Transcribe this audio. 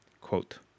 Quote